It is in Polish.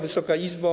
Wysoka Izbo!